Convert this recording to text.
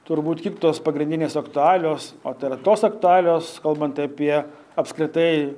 turbūt kiptos pagrindinės aktualijos o tai yra tos aktualijos kalbant apie apskritai